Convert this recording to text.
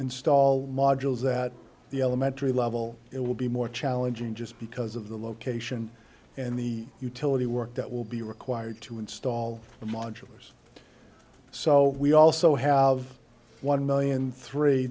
install modules that the elementary level it will be more challenging just because of the location and the utility work that will be required to install the modulars so we also have one million three